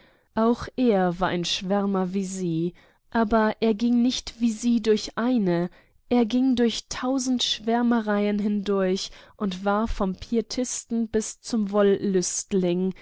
auch er war ein schwärmer wie sie aber er ging nicht wie sie durch eine er ging durch tausend schwärmereien hindurch und war vom pietisten bis zum